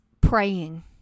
praying